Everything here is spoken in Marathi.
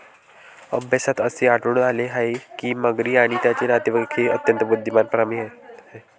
अभ्यासात असे आढळून आले आहे की मगरी आणि त्यांचे नातेवाईक हे अत्यंत बुद्धिमान प्राणी आहेत